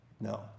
No